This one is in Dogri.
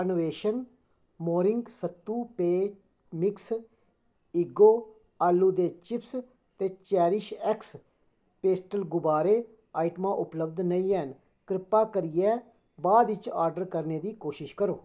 अन्वेषण मोरिंग सत्तू पेय मिक्स ईगो आलू दे चिप्स ते चेरिशएक्स पेस्टल गुबारे आइटमां उपलब्ध नेईं हैन किरपा करियै बाद च आर्डर करने दी कोशश करो